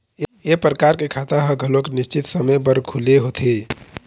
ए परकार के खाता ह घलोक निस्चित समे बर खुले होथे